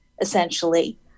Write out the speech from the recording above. essentially